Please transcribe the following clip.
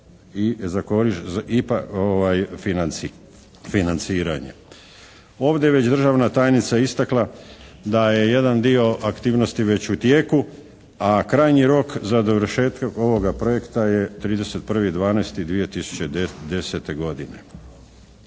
IPA financiranje. Ovdje je već državna tajnica istakla da je jedan dio aktivnosti već u tijeku a krajnji rok za dovršetak ovoga projekta je 31.12.2010. godine.